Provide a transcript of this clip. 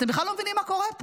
אתם בכלל לא מבינים מה קורה.